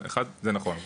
אחד זה נכון,